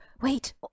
wait